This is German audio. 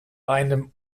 einem